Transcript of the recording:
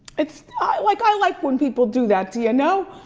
it's, i like i like when people do that to you, know?